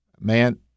man